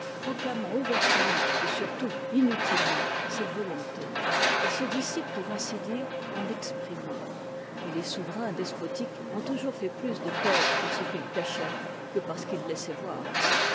proclamant ouvertement et surtout inutilement cette volonté elle se dissipe pour ainsi dire en l'exprimant et tes souverains despotiques ont toujours fait plus de peur par ce qu'ils cachaient que par ce qu'ils laissaient voir